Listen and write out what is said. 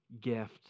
gift